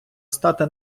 стати